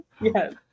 Yes